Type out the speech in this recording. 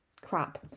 crap